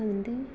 அது வந்து